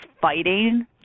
fighting